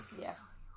Yes